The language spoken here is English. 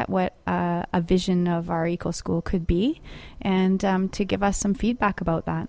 at what a vision of our equal school could be and to give us some feedback about that